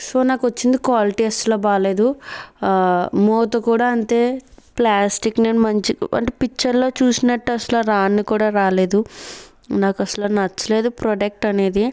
so నాకు వచ్చింది quality అసలు బాగలేదు ఆ మూత కూడా అంతే ప్లాస్టిక్ నేను మంచి అంటే పిక్చర్లో చూసినట్టు అసలు రాను కూడా రాలేదు నాకు అసలు నచ్చలేదు ప్రోడక్ట్ అనేది